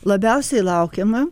labiausiai laukiama